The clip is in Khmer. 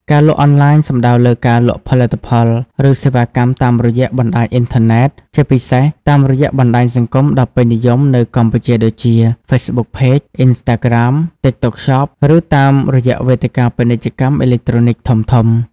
ការលក់អនឡាញសំដៅលើការលក់ផលិតផល ឬសេវាកម្មតាមរយៈបណ្តាញអ៊ីនធឺណិត ជាពិសេសតាមរយៈបណ្តាញសង្គមដ៏ពេញនិយមនៅកម្ពុជាដូចជា Facebook Page Instagram TikTok Shop ឬតាមរយៈវេទិកាពាណិជ្ជកម្មអេឡិចត្រូនិកធំៗ។